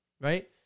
right